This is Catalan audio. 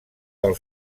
del